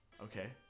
Okay